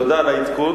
תודה על העדכון.